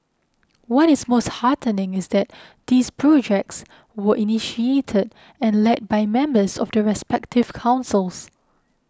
what is most heartening is that these projects were initiated and led by members of the respective councils